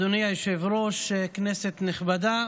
אדוני היושב-ראש, כנסת נכבדה,